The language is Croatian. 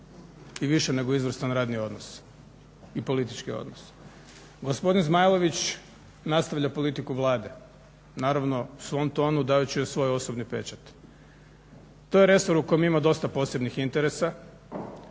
i više nego izvrstan radni odnos i politički odnos. Gospodin Zmajlović nastavlja politiku Vlade, naravno u svom tonu dajući joj svoj osobni pečat. To je resor u kojem ima dosta posebnih interesa